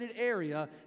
area